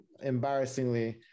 embarrassingly